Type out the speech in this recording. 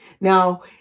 Now